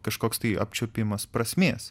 kažkoks tai apčiuopimas prasmės